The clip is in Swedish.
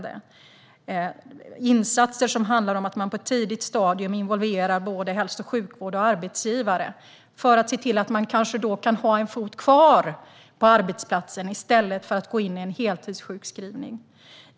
Det är insatser som handlar om att man på ett tidigt stadium involverar både hälso och sjukvård och arbetsgivare för att individen ska kunna ha en fot kvar på arbetsplatsen i stället för att gå in i en heltidssjukskrivning.